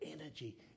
energy